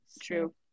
True